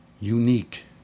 unique